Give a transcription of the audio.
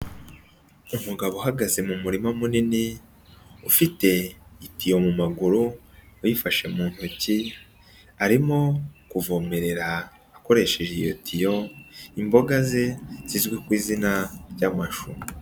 Umugabo uhagaze mu murima munini, ufite itiyo mu maguru uyifashe mu ntoki, arimo kuvomerera akoresheje iyo tiyo, imboga ze zizwi ku izina ry'amashu.